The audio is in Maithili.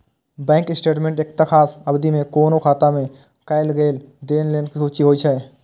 बैंक स्टेटमेंट एकटा खास अवधि मे कोनो खाता मे कैल गेल लेनदेन के सूची होइ छै